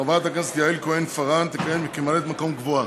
חברת הכנסת יעל כהן-פארן תכהן כממלאת-מקום קבועה.